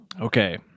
Okay